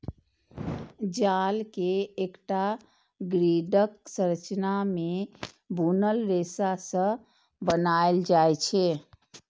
जाल कें एकटा ग्रिडक संरचना मे बुनल रेशा सं बनाएल जाइ छै